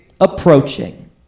approaching